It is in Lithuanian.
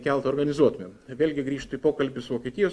keltą organizuotumėm vėlgi grįžt į pokalbį su vokietijos